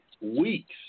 weeks